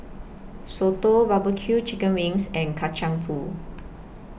Soto Barbecue Chicken Wings and Kacang Pool